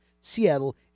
Seattle